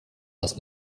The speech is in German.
das